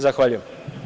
Zahvaljujem.